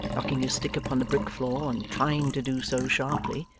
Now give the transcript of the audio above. knocking his stick upon the brick floor, and trying to do so sharply.